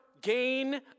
gain